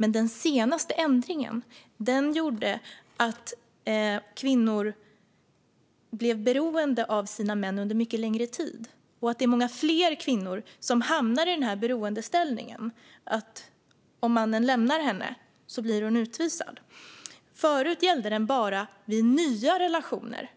Men den senaste ändringen gjorde att kvinnor blev beroende av sina män under mycket längre tid och att det är många fler kvinnor som hamnar i denna beroendeställning - om mannen lämnar kvinnan blir hon utvisad. Förut gällde denna regel bara vid nya relationer,